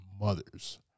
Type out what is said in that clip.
mothers